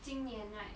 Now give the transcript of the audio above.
今年 right